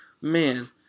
man